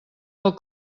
del